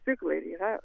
ciklai yra